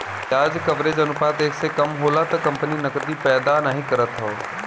ब्याज कवरेज अनुपात एक से कम होला त कंपनी नकदी पैदा नाहीं करत हौ